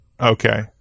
Okay